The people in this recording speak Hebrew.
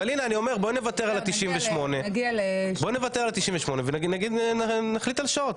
אבל אני אומר, בואי נוותר על ה-98 ונחליט על שעות.